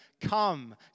come